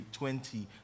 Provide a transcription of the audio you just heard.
20